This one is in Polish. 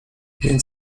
więc